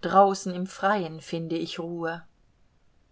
draußen im freien finde ich ruhe